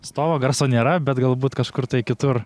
stovą garso nėra bet galbūt kažkur kitur